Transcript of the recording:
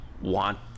want